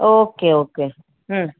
okay okay hmm